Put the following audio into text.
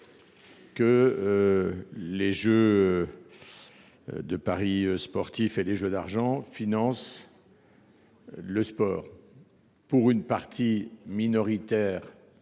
que les paris sportifs et les jeux d’argent financent le sport pour une part minoritaire